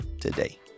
today